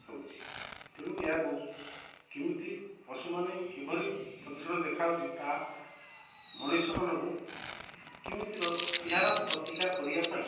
ହେଉଛି ତେଣୁ ଏହାକୁ କେମିତି ପଶୁମାନେ କିଭଳି ପ୍ରଦୂଷଣ ଦେଖାଦେଉଛି ତାହା ମଣିଷମାନଙ୍କୁ କେମିତି ଏହାର ପ୍ରତିକାର କରିବା ପାଇଁ